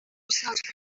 usanzwe